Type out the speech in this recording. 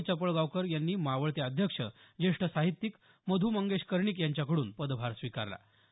यावेळी चपळगावकर यांनी मावळते अध्यक्ष ज्येष्ठ साहित्यिक मध् मंगेश कर्णिक यांच्याकडून पदभार स्वीकारला